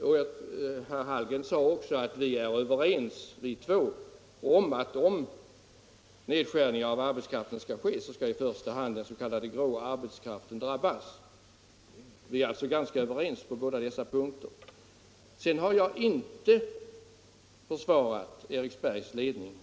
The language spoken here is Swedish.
Herr Hallgren sade också att vi två är överens om att i första hand den s.k. grå arbetskraften skall drabbas, om det skall göras nedskärningar av arbetsstyrkan. Vi är alltså ense på båda dessa punkter. Jag har inte försvarat Eriksbergs ledning.